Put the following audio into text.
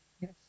Yes